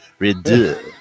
Redo